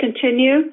continue